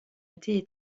été